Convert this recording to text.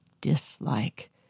dislike